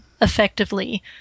effectively